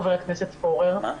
חבר הכנסת פורר,